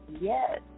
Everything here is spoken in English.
Yes